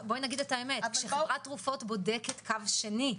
כשחברת תקופות בודקת קו שני,